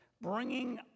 bringing